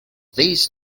these